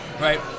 Right